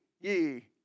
ye